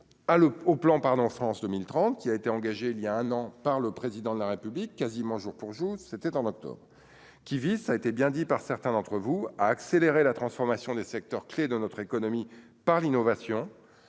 pardon, France 2030, qui a été engagé il y a un an par le président de la République, quasiment jour pour jour, c'était en octobre, qui vise, ça a été bien dit par certains d'entre vous à accélérer la transformation des secteurs clés de notre économie par l'innovation